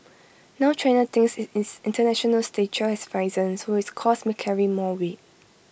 now China thinks its International stature has risen so its calls may carry more weight